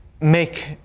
make